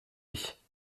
ich